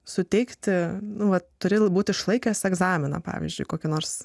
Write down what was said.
suteikti nuolat turi būti išlaikęs egzaminą pavyzdžiui kokia nors